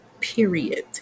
period